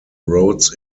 roads